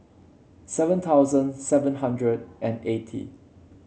seven thousand seven hundred and eighty